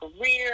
career